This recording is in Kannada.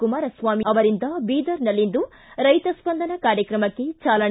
ಕುಮಾರಸ್ವಾಮಿ ಅವರಿಂದ ಬೀದರ್ನಲ್ಲಿಂದು ರೈತ ಸ್ಪಂದನ ಕಾರ್ಯಕ್ರಮಕ್ಕೆ ಚಾಲನೆ